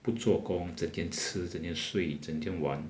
不做工整天吃整天睡整天玩